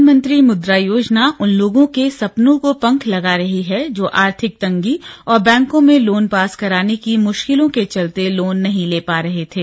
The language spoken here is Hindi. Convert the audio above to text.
प्रधानमंत्री मुद्रा योजना उन लोगों के सपनों को पंख लगा रही है जो आर्थिक तंगी और बैंकों में लोन पास कराने की मुिकलों के चलते लोन नहीं ले पा रहे थे